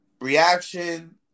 reaction